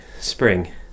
spring